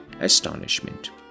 astonishment